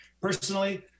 Personally